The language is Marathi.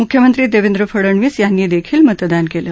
मुख्यमंत्री देवेंद्र फडणवीस यांनी देखील मतदान केलं